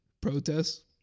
protests